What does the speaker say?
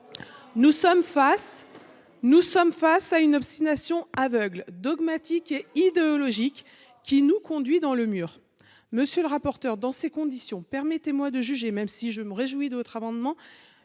nous sommes face à une obstination aveugle dogmatique et idéologique qui nous conduit dans le mur, monsieur le rapporteur, dans ces conditions, permettez moi de juger, même si je me réjouis de votre amendement